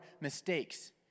mistakes